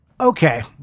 Okay